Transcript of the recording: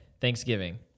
Thanksgiving